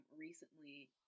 recently